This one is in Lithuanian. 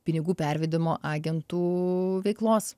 pinigų pervedimo agentų veiklos